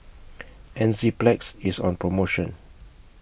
Enzyplex IS on promotion